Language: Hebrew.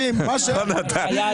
ב-2020 הייתי באופוזיציה,